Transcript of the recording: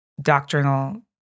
doctrinal